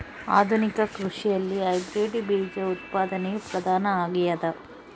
ಆಧುನಿಕ ಕೃಷಿಯಲ್ಲಿ ಹೈಬ್ರಿಡ್ ಬೇಜ ಉತ್ಪಾದನೆಯು ಪ್ರಧಾನ ಆಗ್ಯದ